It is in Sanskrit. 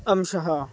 अंशः